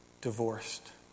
divorced